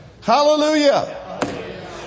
Hallelujah